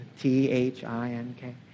T-H-I-N-K